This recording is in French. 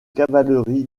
cavalerie